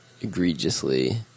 egregiously